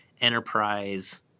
enterprise